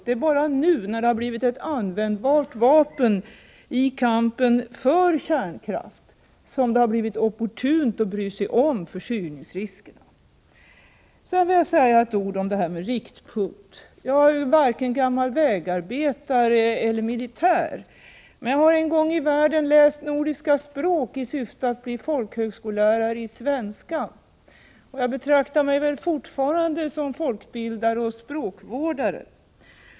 Det är bara nu när det blivit ett användbart vapen i kampen för kärnkraft som det blivit opportunt att bry sig om försurningsriskerna. Så vill jag säga ett par ord om detta med ”riktpunkt”. Jag är varken gammal vägarbetare eller militär, men jag har en gång i världen läst nordiska språk i syfte att bli folkhögskollärare i svenska, och jag betraktar mig fortfarande som folkbildare och språkvårdare.